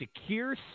secure